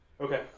Okay